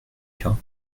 cas